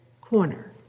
corner